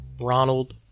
Ronald